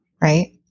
right